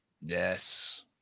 Yes